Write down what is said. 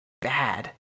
bad